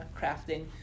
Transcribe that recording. crafting